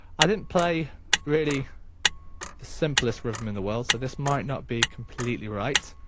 i didn't play really the simplest rhythm in the world so this might not be completely right.